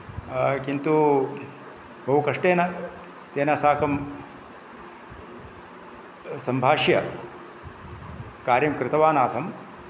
किन्तु बहु कष्टेन तेन साकं सम्भाष्य कार्यं कृतवान् आसम्